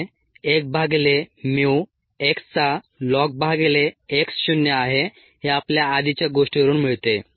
हे 1 भागिले mu x चा ln भागिले x शून्य आहे हे आपल्या आधीच्या गोष्टीवरून मिळते